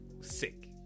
Sick